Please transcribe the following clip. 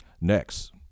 Next